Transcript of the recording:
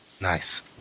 Nice